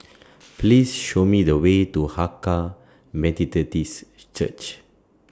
Please Show Me The Way to Hakka Methodist Church